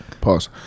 Pause